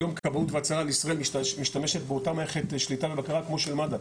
היום כבאות והצלחה לישראל משתמשת באותה מערכת שליטה ובקרה כמו של מד"א.